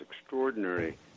extraordinary